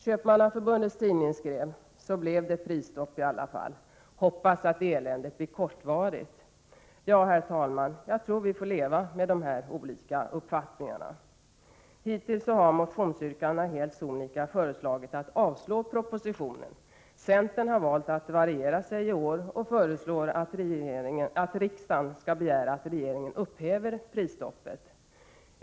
Köpmannaförbundets tidning skrev: Så blev det prisstopp i alla fall. Hoppas att eländet blir kortvarigt. Herr talman! Jag tror att vi får leva med de här olika uppfattningarna. Hittills har man i motionsyrkandena helt sonika föreslagit avslag på propositionen. Centern har valt att variera sig i år och föreslår att riksdagen skall begära att regeringen upphäver prisstoppet.